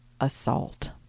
assault